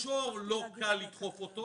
במישור קל לדחוף אותו,